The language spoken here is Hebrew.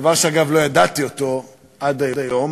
דבר שאגב לא ידעתי אותו עד היום,